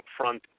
upfront